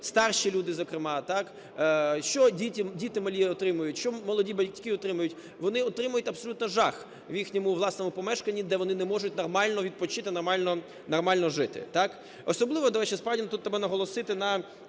старші люди зокрема, так, що діти малі отримують, що молоді батьки отримують? Вони отримують абсолютно жах в їхньому власному помешканні, де вони не можуть нормально відпочити, нормально жити, так. Особливо, до речі, справді тут треба наголосити на